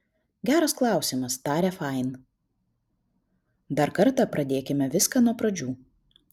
geras klausimas tarė fain dar kartą pradėkime viską nuo pradžių